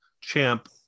Champ